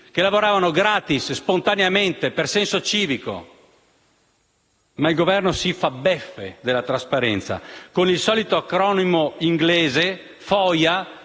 lavorato gratis, spontaneamente, per senso civico. Ma il Governo si fa beffe della trasparenza e con il solito acronimo inglese, FOIA